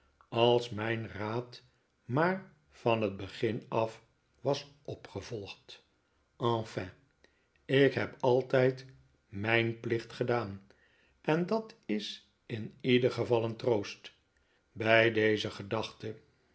als mijn raad maar van het begin af was opgevolgd enfin ik heb altijd m ij n plicht gedaan en dat is in ieder geval een troost bij deze gedachte